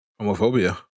homophobia